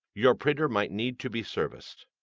your printer might need to be serviced.